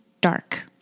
dark